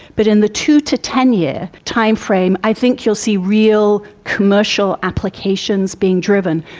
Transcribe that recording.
but in the two to ten year time frame i think you will see real commercial applications being driven.